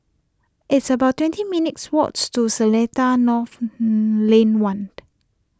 it's about twenty minutes' walk to Seletar North Lane one